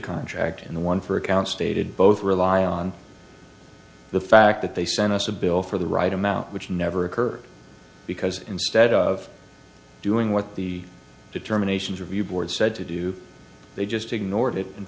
contract and the one for account stated both rely on the fact that they sent us a bill for the right amount which never occurred because instead of doing what the determinations review board said to do they just ignored it and